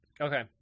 Okay